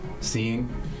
Seeing